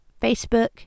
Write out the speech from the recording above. Facebook